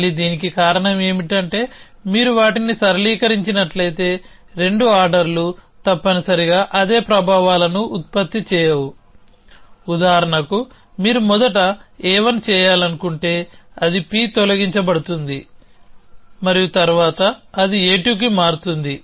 మళ్ళీ దీనికి కారణం ఏమిటంటేమీరు వాటిని సరళీకరించినట్లయితేరెండు ఆర్డర్లు తప్పనిసరిగా అదే ప్రభావాలను ఉత్పత్తి చేయవు ఉదాహరణకు మీరు మొదట a1 చేయాలనుకుంటేఅది P తొలగించ బడుతుంది మరియు తర్వాత అది a2కి మారుతుంది